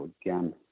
again